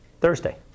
Thursday